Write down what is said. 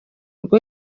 rwo